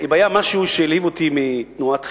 אם היה משהו שהלהיב אותי בתנועת החרות,